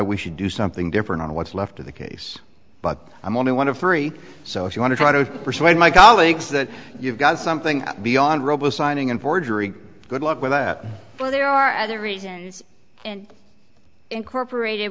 we should do something different in what's left of the case but i'm only one of three so if you want to try to persuade my colleagues that you've got something beyond robo signing and forgery good luck with that but there are other reasons and incorporated